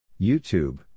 YouTube